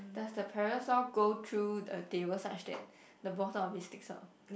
does the parasol go through a table such that the bottom of it sticks out